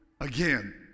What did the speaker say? again